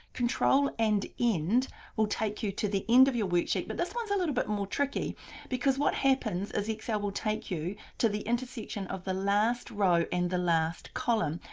control and end will take you to the end of your worksheet but this one's a little bit more tricky because what happens is excel will take you to the intersection of the last row and the last column.